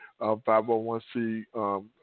501C